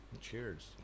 Cheers